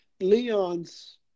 Leon's